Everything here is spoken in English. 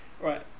Right